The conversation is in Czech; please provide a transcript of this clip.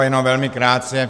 Jenom velmi krátce.